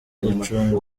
gucunga